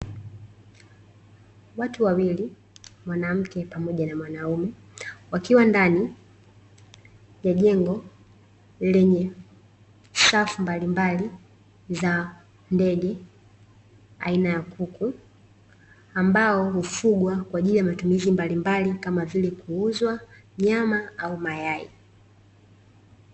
Watu wawili; mwanamke pamoja na mwanaume, wakiwa ndani ya jengo lenye safu mbalimbali za ndege aina ya kuku, ambao hufugwa kwa ajili ya matumizi mbalimbali kama vile kuuzwa, nyama, au mayai.